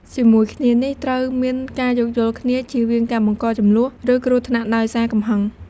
ជាមួយគ្នានេះ ត្រូវមាន ការយោគយល់គ្នា ជៀសវាងការបង្កជម្លោះ ឬគ្រោះថ្នាក់ដោយសារកំហឹង។